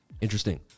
Interesting